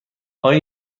آیا